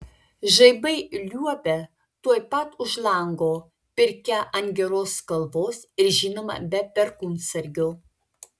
žaibai liuobia tuoj pat už lango pirkia ant geros kalvos ir žinoma be perkūnsargio